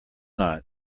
not